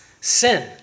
sin